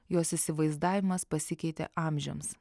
jos įsivaizdavimas pasikeitė amžiams